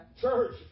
church